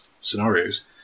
scenarios